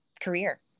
career